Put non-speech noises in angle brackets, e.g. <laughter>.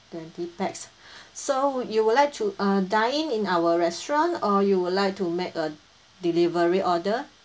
twenty pax <breath> so you would like to uh dine in in our restaurant or you would like to make a delivery order